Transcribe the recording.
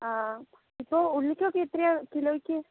ആ ഇപ്പോൾ ഉള്ളിക്കൊക്കെ എത്രയാ കിലോയ്ക്ക്